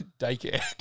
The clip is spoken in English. daycare